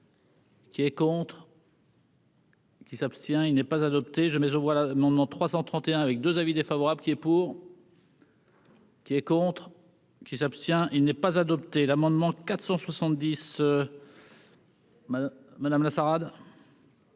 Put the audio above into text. Qui est contre. Qui s'abstient, il n'est pas adopté, je mets aux voix l'amendement 331 avec 2 avis défavorable qui est pour. Qui est contre. Qui s'abstient, il n'est pas adopté l'amendement 470. Madame madame